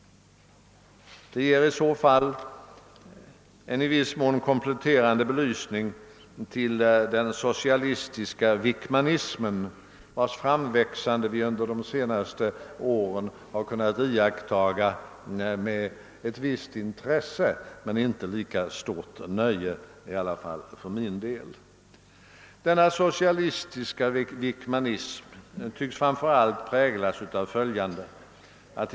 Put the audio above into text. Det ger i så fall en i viss mån kompletterande belysning av den socialistiska Wickmanismen, vilkens framväxande vi under senare år kunnat iaktta med visst intresse men, åtminstone i mitt fall, inte med lika stort nöje. Denna socialistiska Wickmanism tycks framför allt präglas av följande drag.